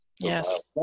Yes